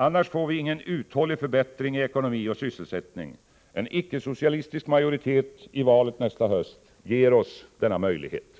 Annars får vi ingen uthållig förbättring i ekonomi och sysselsättning. En icke-socialistisk majoritet i valet nästa höst ger denna möjlighet.